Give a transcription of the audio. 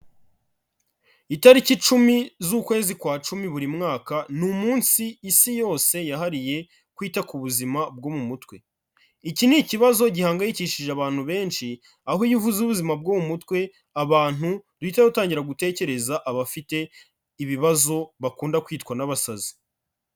Itariki icumi z'ukwezi kwa cumi buri mwaka ni umunsi Isi yose yahariye kwita ku buzima bwo mu mutwe. Iki ni ikibazo gihangayikishije abantu benshi, aho iyo uvuze ubuzima bwo mu mutwe, abantu duhita dutangira gutekereza abafite ibibazo bakunda kwitwa n'abasazi.